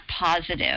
positive